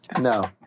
No